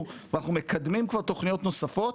ואנחנו מקדמים כבר תוכניות נוספות.